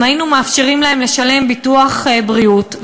אם היינו מאפשרים להם לשלם ביטוח בריאות,